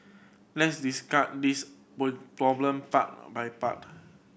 let's this problem part by part